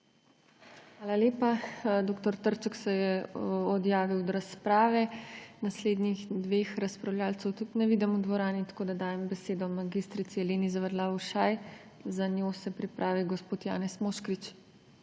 Hvala lepa. Dr. Trček se je odjavil od razprave. Naslednjih dveh razpravljavcev tudi ne vidim v dvorani, tako da dajem besedo mag. Eleni Zavadlav Ušaj, za njo se pripravi gospod Janez Moškrič.